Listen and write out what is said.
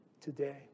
today